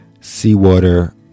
seawater